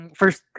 first